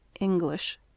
English